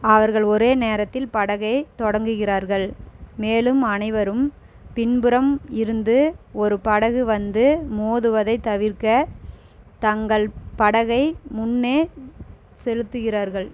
அவர்கள் ஒரே நேரத்தில் படகை தொடங்குகிறார்கள் மேலும் அனைவரும் பின்புறம் இருந்து ஒரு படகு வந்து மோதுவதைத் தவிர்க்கத் தங்கள் படகை முன்னே செலுத்துகிறார்கள்